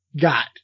got